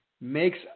makes